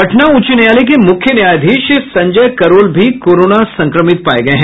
पटना उच्च न्यायालय के मुख्य न्यायाधीश संजय करोल भी कोरोना संक्रमित पाये गये हैं